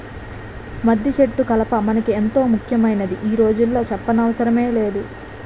మద్దిసెట్టు కలప మనకి ఎంతో ముక్యమైందని ఈ రోజుల్లో సెప్పనవసరమే లేదు